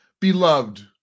Beloved